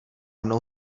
mnou